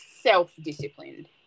self-disciplined